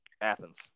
Athens